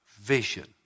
vision